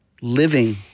living